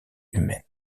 humaine